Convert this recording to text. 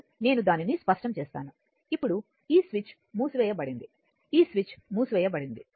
ఇప్పుడు నేను దానిని స్పష్టం చేస్తాను ఇప్పుడు ఈ స్విచ్ మూసివేయబడింది ఈ స్విచ్ మూసివేయబడింది